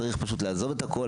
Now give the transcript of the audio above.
צריך פשוט לעזוב את הכל,